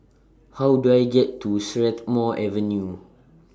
How Do I get to Strathmore Avenue